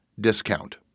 discount